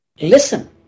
Listen